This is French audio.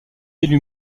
élu